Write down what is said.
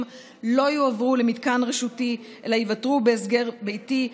לא יועברו למתקן רשותי אלא ייוותרו בהסגר ביתי,